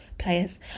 Players